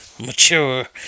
mature